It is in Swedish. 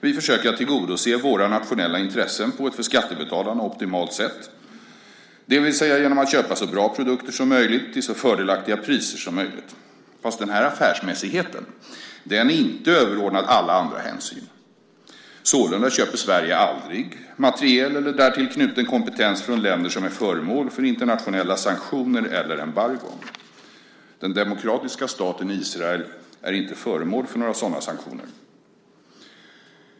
Vi försöker tillgodose våra nationella intressen på ett för skattebetalarna optimalt sätt, det vill säga genom att köpa så bra produkter som möjligt till så fördelaktiga priser som möjligt. Den här affärsmässigheten är emellertid inte överordnad alla andra hänsyn. Sålunda köper Sverige aldrig materiel eller därtill knuten kompetens från länder som är föremål för internationella sanktioner eller embargon. Den demokratiska staten Israel är inte föremål för några sådana sanktioner.